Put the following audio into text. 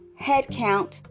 headcount